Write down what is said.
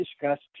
discussed